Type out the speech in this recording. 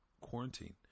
quarantine